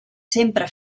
sempre